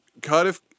Cardiff